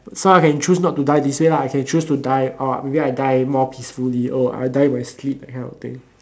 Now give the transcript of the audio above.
so I can choose not to die this way lah I can choose to die or maybe I die more peacefully oh I die in my sleep that kind of thing